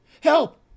help